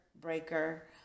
Breaker